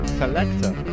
selector